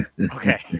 Okay